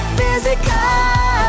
physical